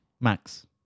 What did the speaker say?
max